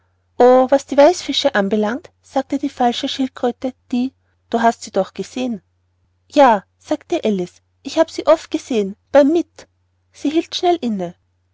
was die weißfische anbelangt sagte die falsche schildkröte die du hast sie doch gesehen ja sagte alice ich habe sie oft gesehen bei'm mitt sie hielt schnell inne